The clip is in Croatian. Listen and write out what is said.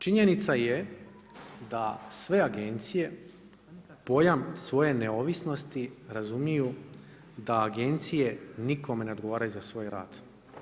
Činjenica je da sve agencije, pojam svoje neovisnosti, razumiju da agencije nikome ne odgovaraju za svoj rad.